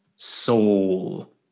Soul